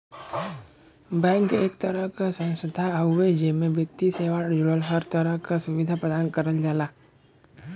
bank एक तरह क संस्थान हउवे जेमे वित्तीय सेवा जुड़ल हर तरह क सुविधा प्रदान करल जाला